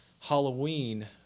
Halloween